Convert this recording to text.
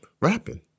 rapping